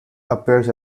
appears